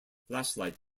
flashlight